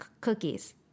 Cookies